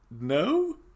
No